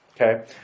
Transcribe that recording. okay